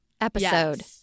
episode